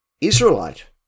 Israelite